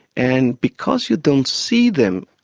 and because you don't see them,